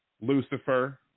Lucifer